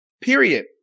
period